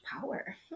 power